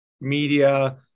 media